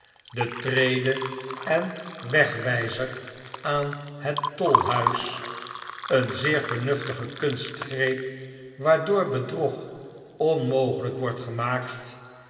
de trede en wegwyzer aan het tolhuis een zeer vernuftige kunstgreep waardoor bedrog onmogelyk wordt gemaakt